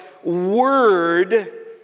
word